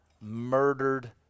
murdered